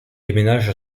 déménage